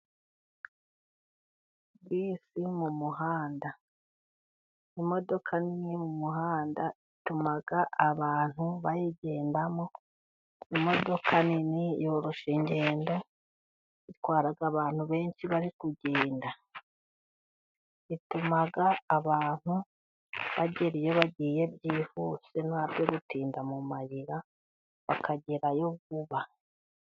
Bisi mu muhanda, imodoka nini mu muhanda, ituma abantu bayigendamo, imodoka nini yoroshya ingendo, itwara abantu benshi bari kugenda, itumama abantu bagera iyo bagiye byihuse ntabyo gutinda mu mayira bakagerayo vuba.